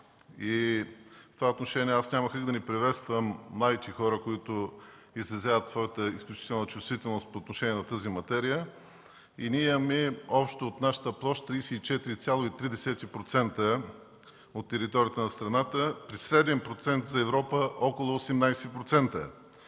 В това отношения няма как да не приветствам младите хора, които изразяват своята изключителна чувствителност по отношение на тази материя. Ние имаме общо от нашата площ 34,3% от територията на страната, при среден процент за Европа – около 18%.